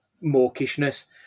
mawkishness